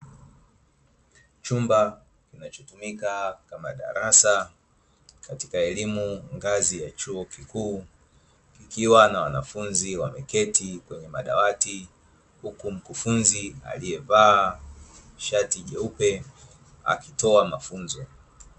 Chumba kinachotumika kama darasa katika elimu ngazi ya chuo kikuu, kikiwa na wanafunzi wameketi kwenye madawati huku mkufunzi aliyevaa shati jeupe akitoa mafunzo.